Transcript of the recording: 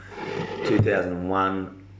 2001